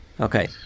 Okay